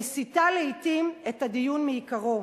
מסיט לעתים את הדיון מעיקרו.